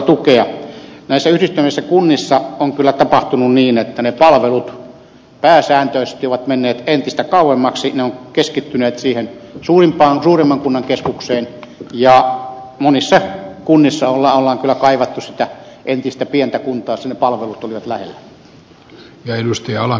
näissä yhdistyvissä kunnissa on kyllä tapahtunut niin että palvelut pääsääntöisesti ovat menneet entistä kauemmaksi ne ovat keskittyneet suurimman kunnan keskukseen ja monissa kunnissa on kyllä kaivattu sitä entistä pientä kuntaa missä ne palvelut olivat lähellä